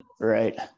Right